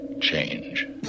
change